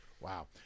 wow